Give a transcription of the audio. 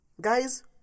Guys